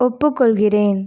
ஒப்புக்கொள்கிறேன்